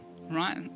right